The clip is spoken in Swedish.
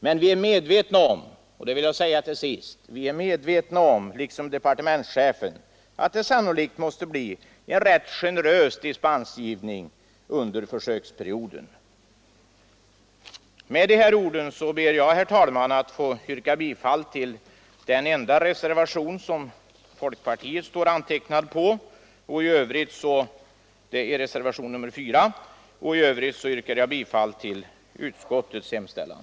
Men vi är liksom departementschefen medvetna om att det sannolikt måste bli en rätt generös dispensgivning under försöksperioden. Med dessa ord ber jag, herr talman, att få yrka bifall till den enda reservation som folkpartiet står antecknat för — reservationen 4. I övrigt yrkar jag bifall till utskottets hemställan.